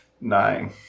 Nine